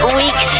weak